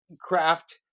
craft